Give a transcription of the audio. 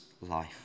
life